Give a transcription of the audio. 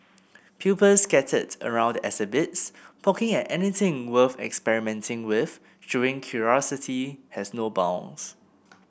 pupils scattered around the exhibits poking at anything worth experimenting with showing curiosity has no bounds